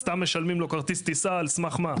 סתם משלמים לו כרטיס טיסה על סמך מה?